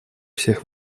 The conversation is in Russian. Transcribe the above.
всех